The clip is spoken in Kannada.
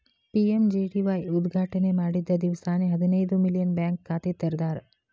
ಪಿ.ಎಂ.ಜೆ.ಡಿ.ವಾಯ್ ಉದ್ಘಾಟನೆ ಮಾಡಿದ್ದ ದಿವ್ಸಾನೆ ಹದಿನೈದು ಮಿಲಿಯನ್ ಬ್ಯಾಂಕ್ ಖಾತೆ ತೆರದಾರ್